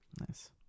nice